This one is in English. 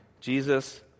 Jesus